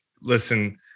Listen